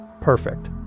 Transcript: perfect